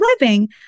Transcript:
living